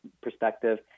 perspective